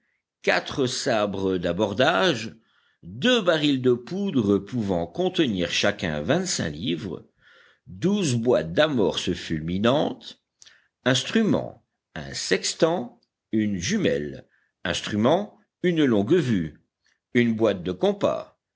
quatre sabres d'abordage deux barils de poudre pouvant contenir chacun vingt-cinq livres douze boîte d'amorces fulminantes instrument un sextant une jumelle instrument une longue-vue une boîte de compas